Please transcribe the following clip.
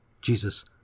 Jesus